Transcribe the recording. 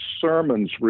sermons